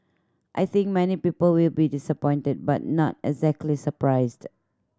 I think many people will be disappointed but not exactly surprised